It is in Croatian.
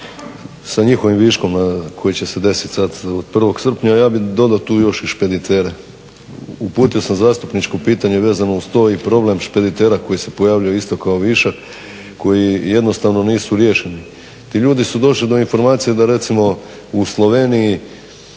sa njihovim viškom koji će se desiti sad od 1. srpnja. Ja bih dodao tu još i špeditere. Uputio sam zastupničko pitanje vezano uz to i problem špeditera koji se pojavljuje isto kao višak koji jednostavno nisu riješeni. Ti ljudi su došli do informacije da recimo u Sloveniji